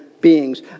beings